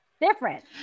different